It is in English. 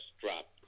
dropped